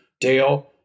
Dale